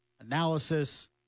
analysis